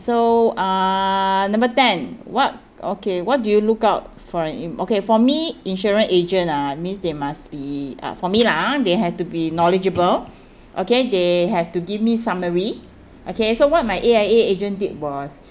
so uh number ten what okay what do you look out for an in~ okay for me insurance agent ah means they must be uh for me lah ah they had to be knowledgeable okay they have to give me summary okay so what my A_I_A agent did was